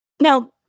Now